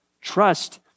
trust